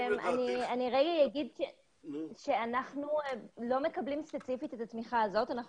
אני אומר שאנחנו לא מקבלים ספציפית את התמיכה הזאת אלא אנחנו